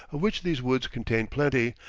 of which these woods contain plenty,